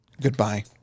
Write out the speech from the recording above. goodbye